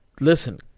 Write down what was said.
Listen